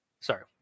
Sorry